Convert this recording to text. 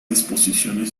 exposiciones